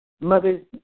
mothers